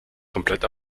komplett